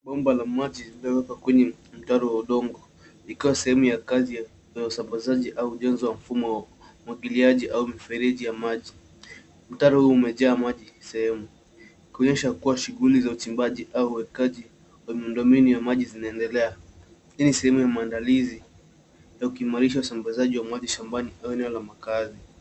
Bomba la maji lililowekwa kwenye mataro wa udongo. Iikiwa sehemu ya kazi ya usambazaji wa ujenzi wa mfumo wa umwagiliaji au mifereji ya maji. Mtaro huu umejaa maji sehemu, kuonyesha ya kuwa shughuli za uchimbaji au uwekaji wa miundo mbinu ya maji zinaendelea. Hii ni sehemu ya maandalizi ya kuimarisha usambazaji wa maji shambani au eneo la makazi.